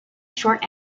short